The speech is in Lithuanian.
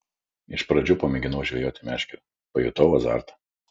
iš pradžių pamėginau žvejoti meškere pajutau azartą